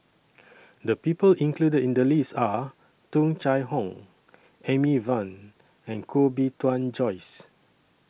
The People included in The list Are Tung Chye Hong Amy Van and Koh Bee Tuan Joyce